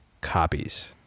copies